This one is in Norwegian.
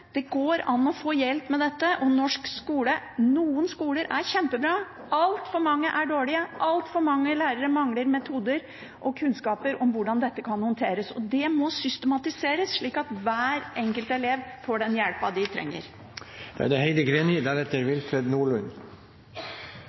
det går an å få hjelp med dette i norsk skole. Noen skoler er kjempebra, men altfor mange er dårlige, altfor mange lærere mangler metoder og kunnskaper om hvordan dette kan håndteres. Det må systematiseres, slik at hver enkelt elev får den hjelpen de trenger.